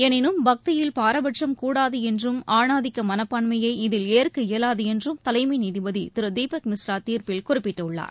எனினும் பக்தியில் பாரபட்சம் கூடாது என்றும் ஆணாதிக்க மனப்பான்மையை இதில் ஏற்க இயலாது என்றும் தலைமை நீதிபதி திரு தீபக் மிஸ்ரா தீர்ப்பில் குறிப்பிட்டுள்ளார்